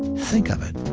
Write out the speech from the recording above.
think of it.